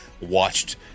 watched